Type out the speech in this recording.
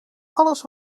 alles